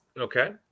Okay